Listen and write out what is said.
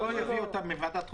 הוא יביא אותם מוועדת החוקה.